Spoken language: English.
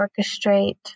orchestrate